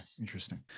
Interesting